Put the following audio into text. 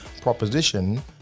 proposition